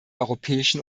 europäischen